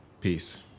Peace